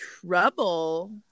trouble